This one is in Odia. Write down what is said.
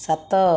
ସାତ